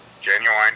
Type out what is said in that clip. genuine